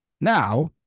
Now